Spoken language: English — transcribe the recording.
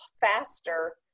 faster